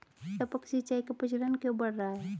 टपक सिंचाई का प्रचलन क्यों बढ़ रहा है?